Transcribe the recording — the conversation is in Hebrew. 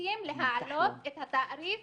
פמיניסטיים להעלות את התעריף